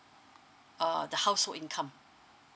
uh the household income